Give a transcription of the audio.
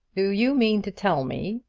do you mean to tell me,